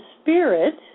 spirit